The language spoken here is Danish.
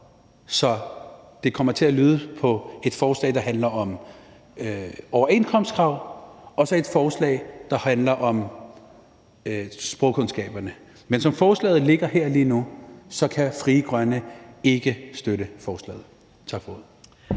så der kommer til at være et forslag, der handler om overenskomstkrav, og så et forslag, der handler om sprogkundskaber. Men som forslaget ligger her lige nu, kan Frie Grønne ikke støtte det. Tak for